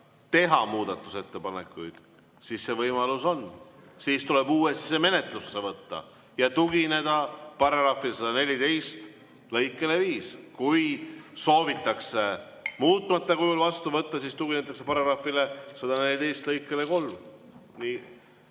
teha muudatusettepanekuid, siis see võimalus on. Sel juhul tuleb see uuesti menetlusse võtta ja tugineda § 114 lõikele 5. Kui soovitakse muutmata kujul vastu võtta, siis tuginetakse § 114 lõikele 3.